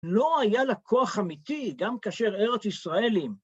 לא היה לקוח אמיתי, גם כאשר ארץ ישראלים.